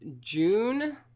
June